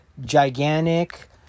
gigantic